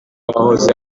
wahoze